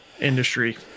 industry